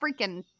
freaking